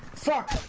sock.